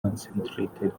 concentrated